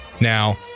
Now